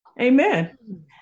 amen